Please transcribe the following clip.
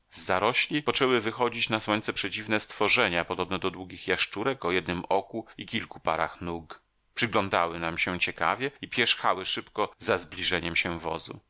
zarośli poczęły wychodzić na słońce przedziwne stworzenia podobne do długich jaszczurek o jednym oku i kilku parach nóg przyglądały nam się ciekawie i pierzchały szybko za zbliżaniem się wozu